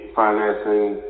financing